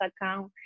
account